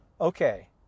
okay